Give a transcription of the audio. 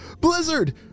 Blizzard